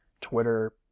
Twitter